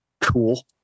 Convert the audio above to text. cool